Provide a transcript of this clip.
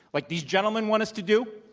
like these gentlemen want us to do.